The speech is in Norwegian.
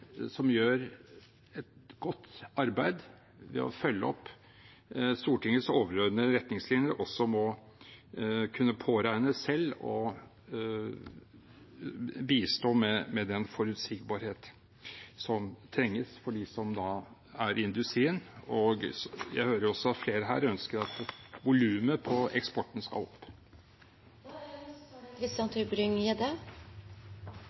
som gjør et godt arbeid ved å følge opp Stortingets overordnede retningslinjer, også må kunne påregne selv å bistå med den forutsigbarhet som trengs for dem som er i industrien. Jeg hører også at flere her ønsker at volumet på eksporten skal opp. Det er